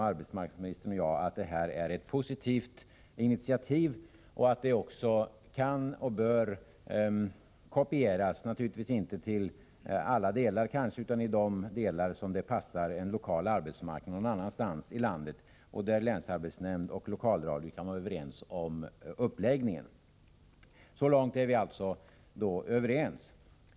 Arbetsmarknadsministern och jag är överens om att programmet Jobbing är ett positivt initiativ och att det också kan och bör kopieras — naturligtvis inte till alla delar, men i de delar som passar en lokal arbetsmarknad någon annanstans i landet och då länsarbetsnämnd och lokalradio kan enas om uppläggningen. Så långt är vi alltså överens.